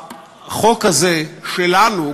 בחוק הזה שלנו,